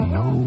no